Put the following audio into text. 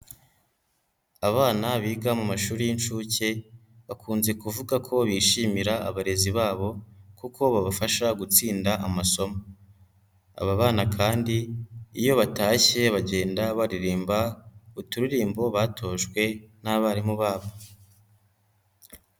Abana biga mu mashuri y'inshuke bakunze kuvuga ko bishimira abarezi babo kuko babafasha gutsinda amasomo, aba bana kandi iyo batashye bagenda baririmba uturimbo batojwe n'abarimu babo.